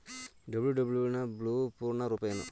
WWW ಪೂರ್ಣ ರೂಪ ಏನು?